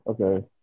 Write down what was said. Okay